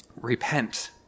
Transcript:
Repent